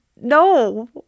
no